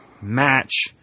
match